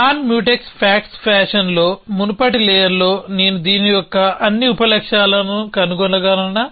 non mutex fact ఫ్యాషన్లో మునుపటి లేయర్లో నేను దీని యొక్క అన్ని ఉప లక్ష్యాలను కనుగొనగలనా